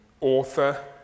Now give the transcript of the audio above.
author